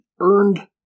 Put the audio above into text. earned